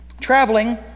traveling